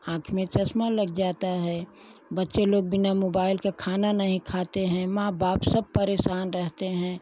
आँख में चश्मा लग जाता है बच्चे लोग बिना मोबाइल के खाना नहीं खाते हैं माँ बाप सब परेशान रहते हैं